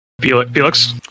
Felix